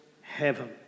heaven